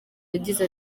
yagize